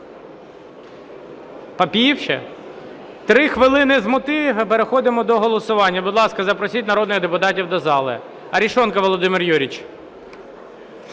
Папієв ще? Три хвилини - з мотивів. І переходимо до голосування. Будь ласка, запросіть народних депутатів до зали. Арешонков Володимир Юрійович.